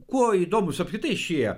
kuo įdomūs apkritai šie